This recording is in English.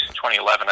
2011